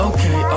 Okay